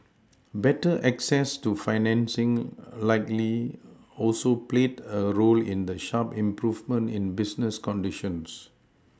better access to financing likely also played a role in the sharp improvement in business conditions